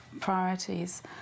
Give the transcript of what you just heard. priorities